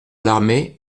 l’armée